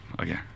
okay